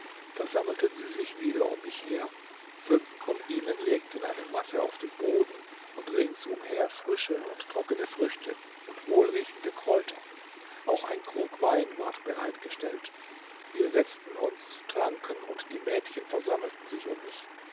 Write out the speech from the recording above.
versammelten sie sich wieder um mich her fünf von ihnen legten eine matte auf den boden und rings umher frische und trockene früchte und wohlriechende kräuter auch ein krug wein ward bereit gestellt wir setzten uns tranken und die mädchen versammelten sich um mich